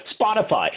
spotify